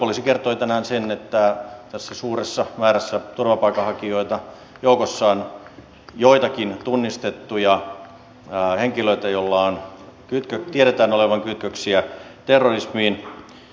suojelupoliisi kertoi tänään sen että tässä suuressa määrässä turvapaikanhakijoita joukossa on joitakin tunnistettuja henkilöitä joilla tiedetään olevan kytköksiä terrorismiin